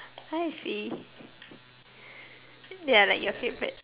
want to see ya like your favourite